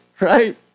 right